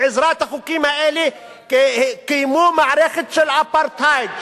בעזרת החוקים האלה קיימו מערכת של אפרטהייד,